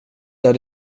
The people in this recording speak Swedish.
där